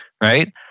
right